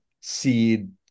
seed